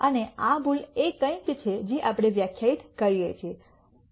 અને આ ભૂલ એ કંઈક છે જે આપણે વ્યાખ્યાયિત કરીએ છીએ